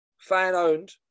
fan-owned